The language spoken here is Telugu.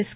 ఎస్